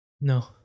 No